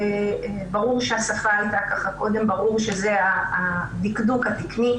ברור שהשפה הייתה כך קודם וברור שזה הדקדוק התקני,